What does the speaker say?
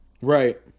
Right